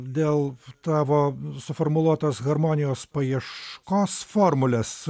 dėl tavo suformuluotos harmonijos paieškos formulės